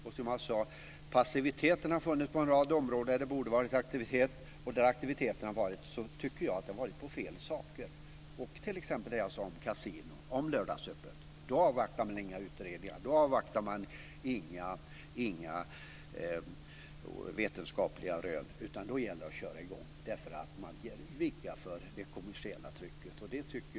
Det har varit passivitet på en rad områden där det borde ha varit aktivitet, och där det varit aktivitet har den riktats mot fel saker. Det gäller t.ex. kasinon och lördagsöppet på Systemet. Där avvaktar man inte några utredningar eller vetenskapliga rön, utan då gäller det att köra i gång. Man ger vika för det kommersiella trycket.